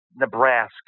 Nebraska